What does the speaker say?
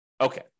Okay